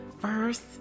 First